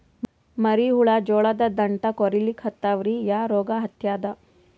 ಮರಿ ಹುಳ ಜೋಳದ ದಂಟ ಕೊರಿಲಿಕತ್ತಾವ ರೀ ಯಾ ರೋಗ ಹತ್ಯಾದ?